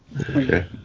okay